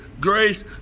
grace